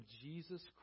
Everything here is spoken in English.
Jesus